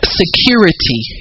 security